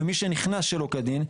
ומי שנכנס שלא כדין,